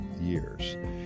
years